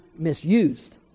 misused